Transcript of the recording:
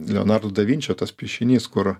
leonardo da vinčio tas piešinys kur